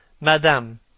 Madame